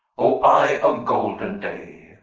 o eye of golden day,